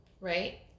right